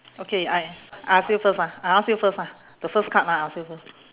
okay I I ask you first ah I ask you first ah the first card ah I ask you first